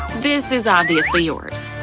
this is obviously yours.